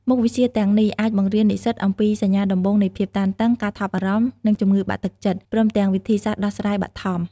មុខវិជ្ជាទាំងនេះអាចបង្រៀននិស្សិតអំពីសញ្ញាដំបូងនៃភាពតានតឹង ការថប់បារម្ភ និងជំងឺបាក់ទឹកចិត្ត ព្រមទាំងវិធីសាស្ត្រដោះស្រាយបឋម។